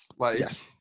Yes